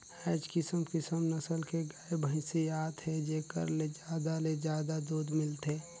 आयज किसम किसम नसल के गाय, भइसी आत हे जेखर ले जादा ले जादा दूद मिलथे